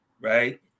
right